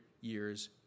years